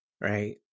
right